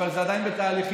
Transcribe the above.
אבל זה עדיין בתהליכים,